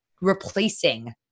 replacing